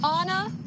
Anna